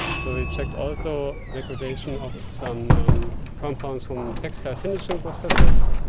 so we checked also degradation of some compounds from the textile finishing processes,